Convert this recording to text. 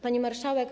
Pani Marszałek!